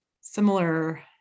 similar